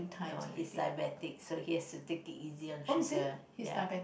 no he's diabetic so he has to take it easy on sugar ya